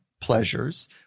pleasures